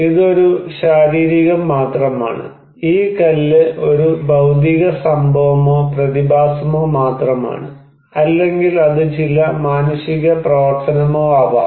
ഇത് ഒരു ശാരീരികം മാത്രമാണ് ഈ കല്ല് ഒരു ഭൌതിക സംഭവമോ പ്രതിഭാസമോ മാത്രമാണ് അല്ലെങ്കിൽ അത് ചില മാനുഷിക പ്രവർത്തനമോ ആവാം